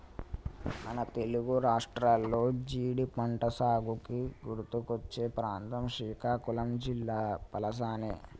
మన తెలుగు రాష్ట్రాల్లో జీడి పంటసాగుకి గుర్తుకొచ్చే ప్రాంతం శ్రీకాకుళం జిల్లా పలాసనే